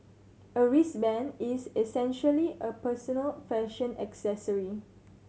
a wristband is essentially a personal fashion accessory